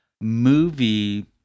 movie